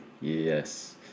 yes